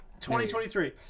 2023